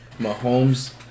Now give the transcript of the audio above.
Mahomes